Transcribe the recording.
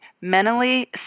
mentally